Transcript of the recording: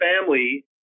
family